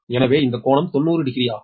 எனவே இந்த கோணம் 900 ஆகும்